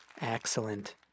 Excellent